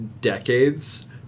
decades